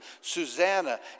Susanna